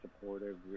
supportive